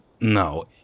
no